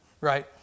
right